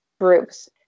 groups